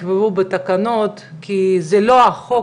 יקבעו בתקנות כי זה לא החוק,